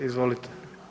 Izvolite.